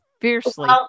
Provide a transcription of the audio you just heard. fiercely